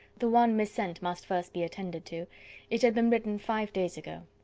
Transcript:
the one missent must first be attended to it had been written five days ago.